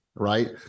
Right